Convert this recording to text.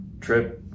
trip